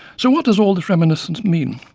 so what does all this reminiscence mean?